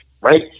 Right